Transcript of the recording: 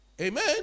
Amen